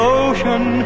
ocean